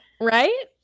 Right